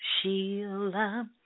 Sheila